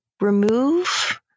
remove